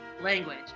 language